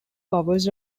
covers